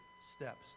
steps